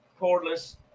cordless